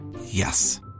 Yes